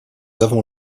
avons